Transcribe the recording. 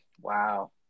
Wow